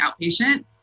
outpatient